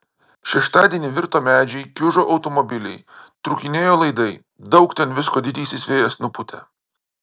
šeštadienį virto medžiai kiužo automobiliai trūkinėjo laidai daug ten visko didysis vėjas nupūtė